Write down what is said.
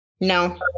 No